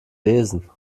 lesen